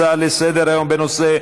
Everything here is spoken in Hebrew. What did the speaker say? הצעות לסדר-היום בנושא: